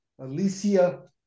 Alicia